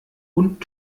und